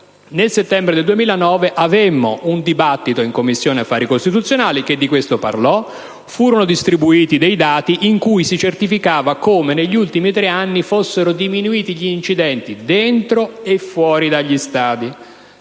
nel settembre 2009 abbiamo svolto un dibattito in Commissione affari costituzionali, e di questo si parlò. Furono distribuiti dei dati in cui si certificava come negli ultimi tre anni fossero diminuiti gli incidenti dentro e fuori dagli stadi.